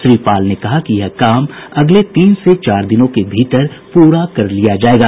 श्री पाल ने कहा कि यह काम अगले तीन से चार दिनों के भीतर पूरा कर लिया जायेगा